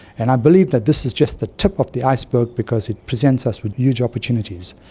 and i believe that this is just the tip of the iceberg because it presents us with huge opportunities.